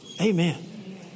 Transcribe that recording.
Amen